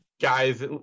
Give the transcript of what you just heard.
guys